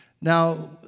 Now